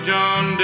John